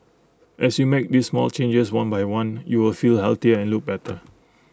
as you make these small changes one by one you will feel healthier and look better